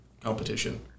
competition